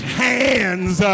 hands